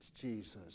Jesus